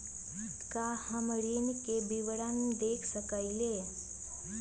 का हम ऋण के विवरण देख सकइले?